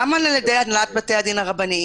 גם על ידי הנהלת בתי הדין הרבניים,